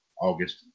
August